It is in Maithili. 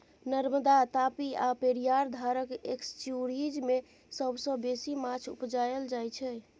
नर्मदा, तापी आ पेरियार धारक एस्च्युरीज मे सबसँ बेसी माछ उपजाएल जाइ छै